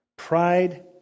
Pride